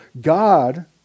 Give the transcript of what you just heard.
God